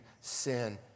sin